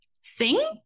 Sing